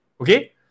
okay